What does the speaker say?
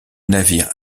navires